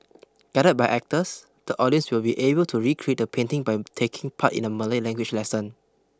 guided by actors the audience will be able to recreate the painting by taking part in a Malay language lesson